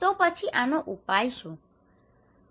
તો પછી આનો ઉપાય શું છે